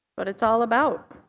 what it's all about.